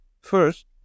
first